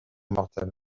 mortel